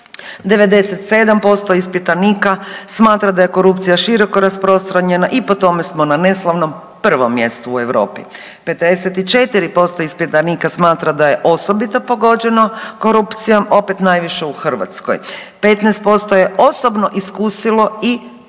97% smatra da je korupcija široko rasprostranjena i po tome smo na neslavnom 1 mjestu u Europi. 54% ispitanika smatra da je osobito pogođeno korupcijom, opet najviše u Hrvatskoj. 15% je osobno iskusilo i/ili